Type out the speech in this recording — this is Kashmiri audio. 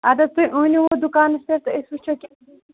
ادٕ حظ تُہۍ أنِو دُکانَس پٮ۪ٹھ تہٕ أسۍ وٕچھو کیٛاہ